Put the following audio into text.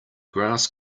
grass